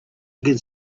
again